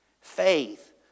faith